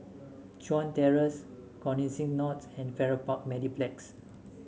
Chuan Terrace Connexis North and Farrer Park Mediplex